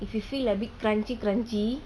if you feel a bit crunchy crunchy